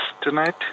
tonight